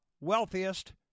wealthiest